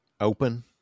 open